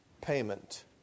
payment